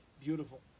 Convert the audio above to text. beautiful